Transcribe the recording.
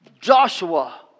Joshua